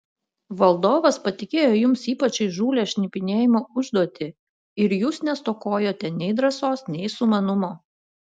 valdovas patikėjo jums ypač įžūlią šnipinėjimo užduotį ir jūs nestokojote nei drąsos nei sumanumo